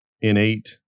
innate